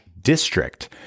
district